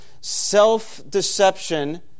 Self-deception